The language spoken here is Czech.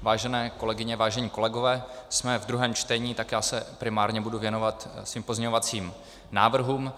Vážené kolegyně, vážení kolegové, jsme ve druhém čtení, tak já se primárně budu věnovat svým pozměňovacím návrhům.